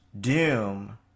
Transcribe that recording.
doom